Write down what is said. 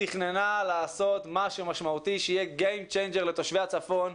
תכננה לעשות משהו משמעותי שישנה את החיים לתושבי הצפון,